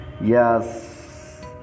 Yes